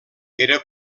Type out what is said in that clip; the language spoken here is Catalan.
era